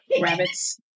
Rabbits